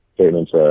Statements